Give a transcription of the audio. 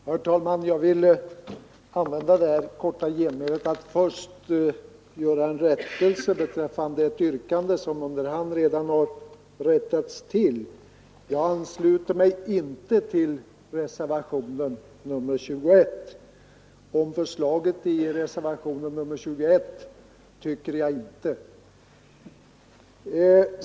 Herr talman! Jag vill använda det här korta genmälet till att först göra en rättelse beträffande ett yrkande — låt vara att det under hand har rättats till. Jag ansluter mig inte till reservation nr 21. Om förslaget i reservationen 21 tycker jag inte.